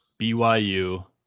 BYU